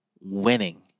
winning